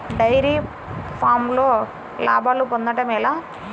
Dairy ఫామ్లో లాభాలు పొందడం ఎలా?